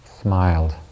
smiled